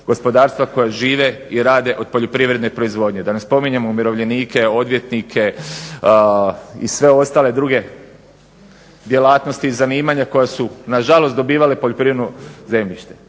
gospodarstva koja žive i rade od poljoprivredne proizvodnje. Da ne spominjem umirovljenike, odvjetnike i sve ostale druge djelatnosti i zanimanja koja su nažalost dobivale poljoprivredno zemljište.